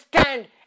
stand